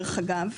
דרך אגב,